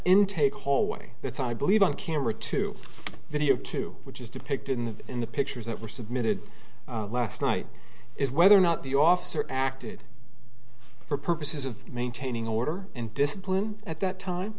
hallway that's i believe on camera to video too which is depicted in the in the pictures that were submitted last night is whether or not the officer acted for purposes of maintaining order and discipline at that time